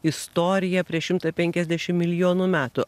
istoriją prieš šimtą penkiasdešim milijonų metų